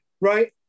Right